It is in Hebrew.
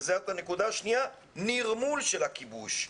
וזאת הנקודה השנייה, נרמול של הכיבוש.